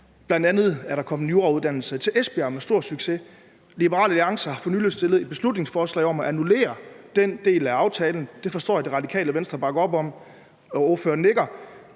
bl.a. er der kommet en jurauddannelse til Esbjerg med stor succes. Liberal Alliance har for nylig fremsat et beslutningsforslag om at annullere den del af aftalen. Det forstår jeg Det Radikale Venstre bakker op om – og ordføreren nikker.